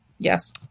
Yes